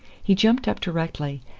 he jumped up directly,